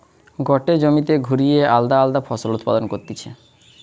গটে জমিতে ঘুরিয়ে আলদা আলদা ফসল উৎপাদন করতিছে